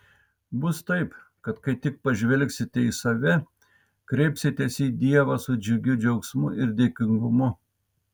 bus taip kad kai tik pažvelgsite į save kreipsitės į dievą su džiugiu džiaugsmu ir dėkingumu